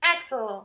Axel